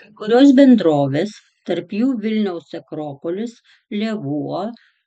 kai kurios bendrovės tarp jų vilniaus akropolis lėvuo